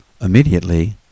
immediately